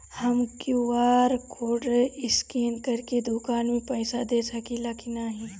हम Q R code scan करके दुकान में पईसा दे सकेला की नाहीं?